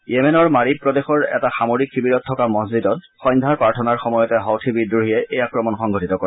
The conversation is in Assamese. য়েমেনৰ মাৰিব প্ৰদেশৰ এটা সামৰিক শিবিৰত থকা মছজিদত সন্ধ্যাৰ প্ৰাৰ্থনাৰ সময়তে হউথি বিদ্ৰোহীয়ে এই আক্ৰমণ সংঘটিত কৰে